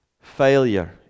failure